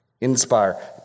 inspire